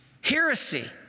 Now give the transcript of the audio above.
heresy